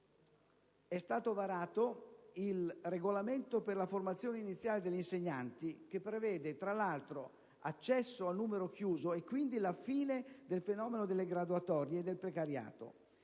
È stato varato il regolamento per la formazione iniziale degli insegnanti, che prevede tra l'altro accesso a numero chiuso e quindi la fine del fenomeno delle graduatorie e del precariato: